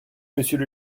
monsieur